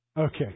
Okay